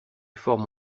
formes